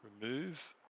remove